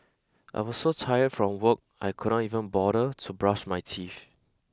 I was so tired from work I could not even bother to brush my teeth